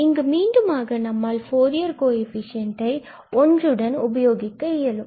இங்கு மீண்டுமாக நம்மால் ஃபூரியர் கோஎஃபிசியண்டை 1உடன் உபயோகிக்க இயலும்